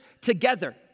together